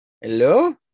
hello